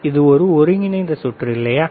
இது ஒரு ஒருங்கிணைந்த சுற்று இல்லையா